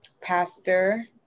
Pastor